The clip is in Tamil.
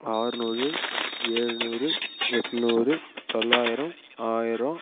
ஆறுநூறு ஏழுநூறு எட்நூறு தொள்ளாயிரம் ஆயிரம்